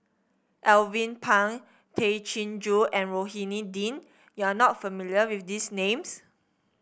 Alvin Pang Tay Chin Joo and Rohani Din you are not familiar with these names